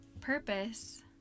purpose